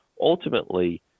ultimately